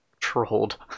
trolled